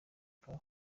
kabo